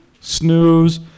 snooze